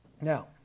Now